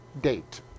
date